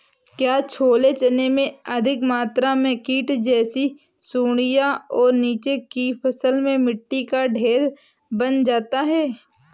क्या छोले चने में अधिक मात्रा में कीट जैसी सुड़ियां और नीचे की फसल में मिट्टी का ढेर बन जाता है?